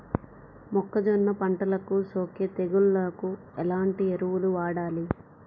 మొక్కజొన్న పంటలకు సోకే తెగుళ్లకు ఎలాంటి ఎరువులు వాడాలి?